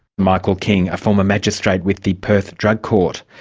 michael king. a former magistrate with the perth drug court.